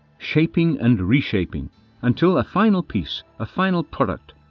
shaping and re-shaping until a final piece, a final product,